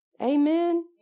Amen